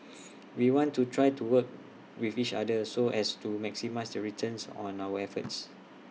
we want to try to work with each other so as to maximise the returns on our efforts